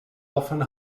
often